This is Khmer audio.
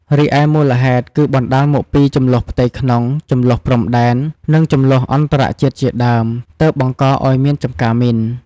រីឯមូលហេតុ គឺបណ្តាលមកពី ជម្លោះផ្ទៃក្នុង ជម្លោះព្រំដែន និងជម្លោះអន្តរជាតិជាដើម ទើបបង្ករឲ្យមានចំការមីន។